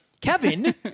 Kevin